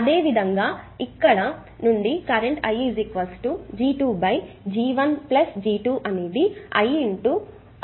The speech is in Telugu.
అదే విధంగా ఇక్కడ నుండి current I G2 G1 G2 అనేది I R1 R1R2 కి సమానం